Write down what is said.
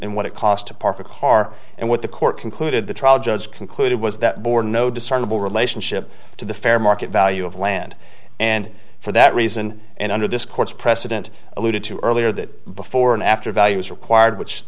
and what it cost to park a car and what the court concluded the trial judge concluded was that bore no discernable relationship to the fair market value of land and for that reason and under this court's precedent alluded to earlier that before and after values required which